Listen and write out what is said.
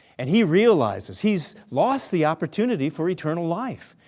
and he realizes he's lost the opportunity for eternal life,